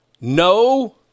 No